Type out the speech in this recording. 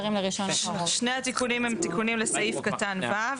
שני התיקונים הם תיקונים לסעיף קטן (ו),